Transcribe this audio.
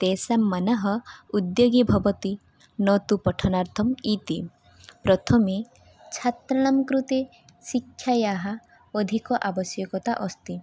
तेषां मनः उद्योगे भवति न तु पठनार्थम् ईति प्रथमे छात्राणां कृते शिक्षायाः अधिक आवश्यकता अस्ति